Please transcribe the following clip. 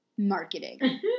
Marketing